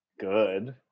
good